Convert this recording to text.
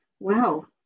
Wow